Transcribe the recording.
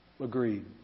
agreed